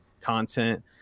content